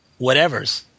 whatevers